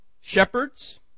Shepherds